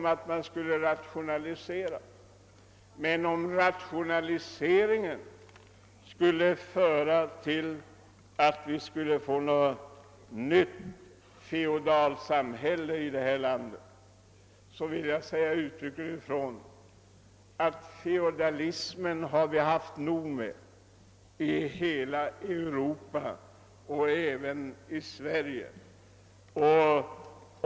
Jag har varit med om rationalisering, men skulle rationaliseringen föra till att vi får ett nytt feodalsamhälle i detta land vill jag uttryckligen säga ifrån, att feodalismen har vi haft nog av i hela Europa — även här i Sverige.